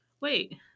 Wait